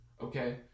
okay